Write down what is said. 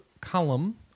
column